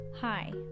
Hi